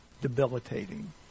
debilitating